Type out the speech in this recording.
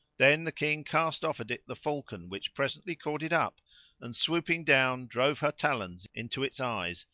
then the king cast off at it the falcon which presently caught it up and, swooping down, drove her talons into its eyes,